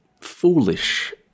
foolish